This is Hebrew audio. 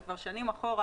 וזה שנים אחורה,